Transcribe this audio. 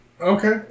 Okay